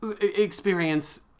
experience